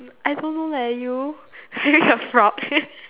I don't know lah you I think you're frog